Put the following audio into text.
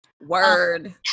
word